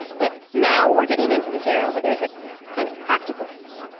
but now we're getting into this era where there is a kind of practical need,